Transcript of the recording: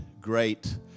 great